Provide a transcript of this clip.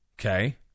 Okay